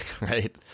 Right